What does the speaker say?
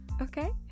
okay